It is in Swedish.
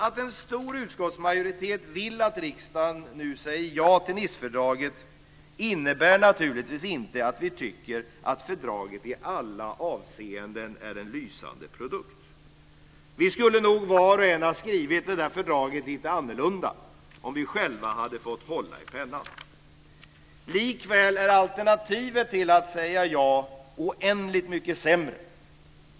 Att en stor utskottsmajoritet vill att riksdagen nu säger ja till Nicefördraget innebär naturligtvis inte att vi tycker att fördraget i alla avseenden är en lysande produkt. Vi skulle nog var och en ha skrivit fördraget lite annorlunda om vi själva hade fått hålla i pennan. Likväl är alternativet till att säga ja oändligt mycket sämre.